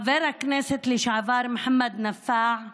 חבר הכנסת לשעבר מוחמד נפאע עבורכם,